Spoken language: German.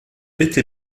bitte